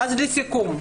לסיכום.